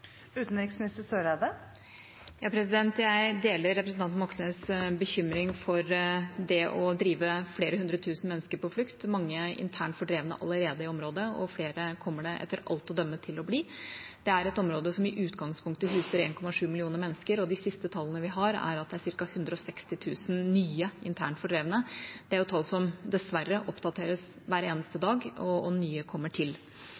Jeg deler representanten Moxnes’ bekymring for det å drive flere hundre tusen mennesker på flukt – mange av dem er allerede internt fordrevet i området, og flere kommer det etter alt å dømme til å bli. Det er et område som i utgangspunktet huser 1,7 millioner mennesker, og de siste tallene vi har, er at det er ca. 160 000 nye internt fordrevne. Det er tall som dessverre oppdateres hver eneste dag, og nye kommer til.